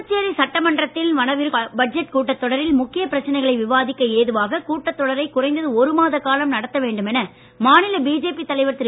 புதுச்சேரி சட்டமன்றத்தின் வரவிருக்கும் பட்ஜெட் கூட்டத்தொடரில் முக்கிய பிரச்சனைகளை விவாதிக்க ஏதுவாக கூட்டத்தொடரை குறைந்த்து ஒருமாத காலம் நடத்த வேண்டும் என மாநில பிஜேபி தலைவர் திரு